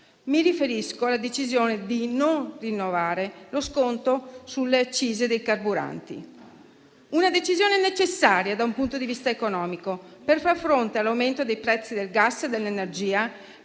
Mi riferisco alla decisione di non rinnovare lo sconto sulle accise sui carburanti; una decisione necessaria da un punto di vista economico, per far fronte all'aumento dei prezzi del gas e dell'energia,